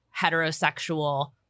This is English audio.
heterosexual